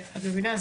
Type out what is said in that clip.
את מבינה,